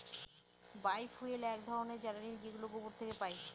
বায় fuel এক ধরনের জ্বালানী যেগুলো গোবর থেকে পাই